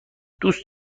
دوست